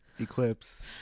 Eclipse